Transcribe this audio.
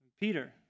Peter